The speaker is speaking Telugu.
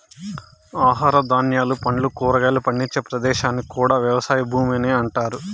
ఆహార ధాన్యాలు, పండ్లు, కూరగాయలు పండించే ప్రదేశాన్ని కూడా వ్యవసాయ భూమి అని అంటారు